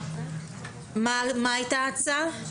מה הייתה ההצעה?